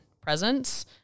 presence